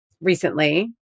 recently